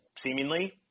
seemingly